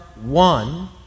One